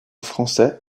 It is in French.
français